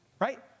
right